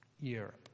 Europe